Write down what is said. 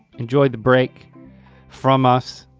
enjoy the break from us,